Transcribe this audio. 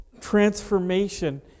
Transformation